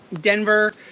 Denver